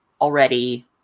already